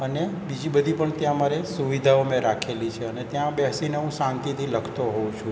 અને બીજી બધી પણ ત્યાં મારે સુવિધાઓ મેં રાખેલી છે અને ત્યાં બેસીને હું શાંતિથી લખતો હોઉં છું